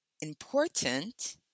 important